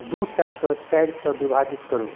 दुइ सओके चारिसँ विभाजित करू